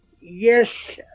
yes